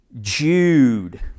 Jude